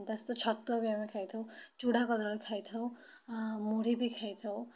ତା' ସହିତ ଛତୁଆ ବି ଆମେ ଖାଇଥାଉ ଚୁଡ଼ା କଦଳୀ ଖାଇଥାଉ ମୁଢ଼ି ବି ଖାଇଥାଉ